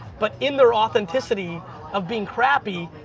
but in their authenticity of being crappy,